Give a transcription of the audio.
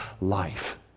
life